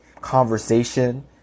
conversation